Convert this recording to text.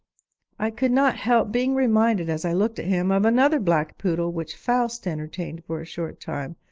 i could not help being reminded, as i looked at him, of another black poodle which faust entertained for a short time,